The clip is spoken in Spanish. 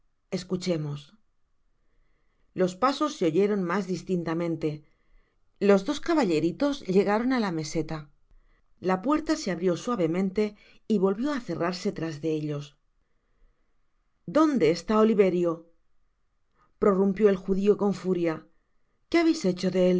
escuchemos los pasos se oyeron mas distintamente los dos caballerites llegaron á la meseta la puerta se abrió suavemente y volvió á cerrarse tras de ellos dónde está oliverio prorumpió el judio con furia qué habeis hecho de